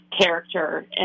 character